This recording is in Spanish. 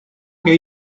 que